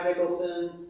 Nicholson